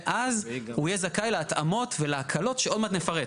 ואז הוא יהיה זכאי להתאמות ולהקלות שעוד מעט נפרט.